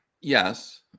Yes